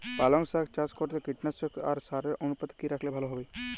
পালং শাক চাষ করতে কীটনাশক আর সারের অনুপাত কি রাখলে ভালো হবে?